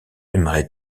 aimerais